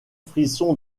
frisson